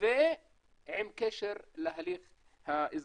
ועם קשר להליך האזרחי.